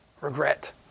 Regret